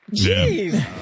Jeez